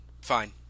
fine